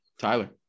Tyler